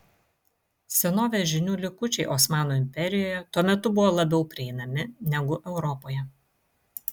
senovės žinių likučiai osmanų imperijoje tuo metu buvo labiau prieinami negu europoje